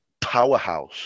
powerhouse